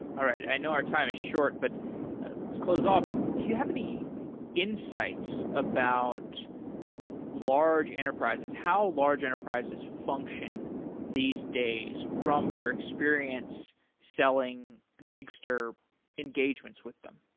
alright, i know our time is short, but let's close off. do you have any insights about large enterprises? how large enterprises function these days from your experience selling gigster engagements with them?